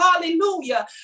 hallelujah